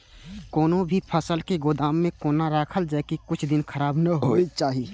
कोनो भी फसल के गोदाम में कोना राखल जाय की कुछ दिन खराब ने होय के चाही?